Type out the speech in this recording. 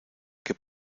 que